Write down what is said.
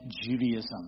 Judaism